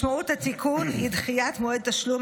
משמעות התיקון היא דחיית מועד תשלום